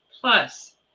Plus